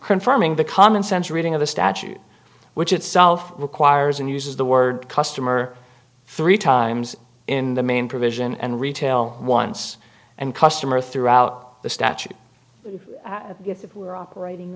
farming the commonsense reading of the statute which itself requires and uses the word customer three times in the main provision and retail once and customer throughout the statute if it were operating